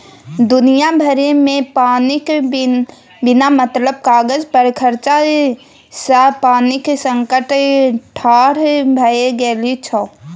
दुनिया भरिमे पानिक बिना मतलब काज पर खरचा सँ पानिक संकट ठाढ़ भए गेल छै